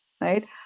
right